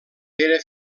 pere